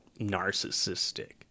narcissistic